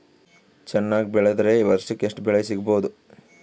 ಚೆನ್ನಾಗಿ ಬೆಳೆದ್ರೆ ವರ್ಷಕ ಎಷ್ಟು ಬೆಳೆ ಸಿಗಬಹುದು?